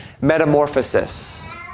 metamorphosis